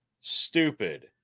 stupid